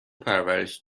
پرورش